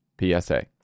PSA